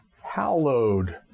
hallowed